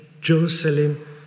Jerusalem